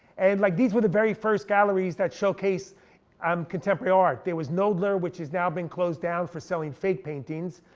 and like these were the very first galleries that showcased um contemporary art. there was knoedler, which has now been closed down for selling fake paintings.